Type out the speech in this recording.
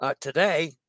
today